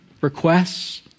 requests